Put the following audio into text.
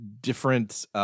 different